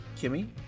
Kimmy